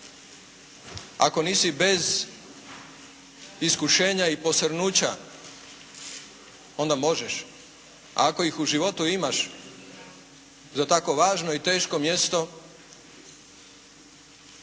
ako nisi bez iskušenja i posrnuća onda možeš, a ako ih u životu imaš za tako važno i teško mjesto